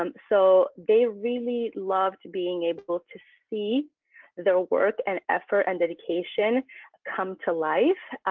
um so they really loved being able to see their work and effort and dedication come to life.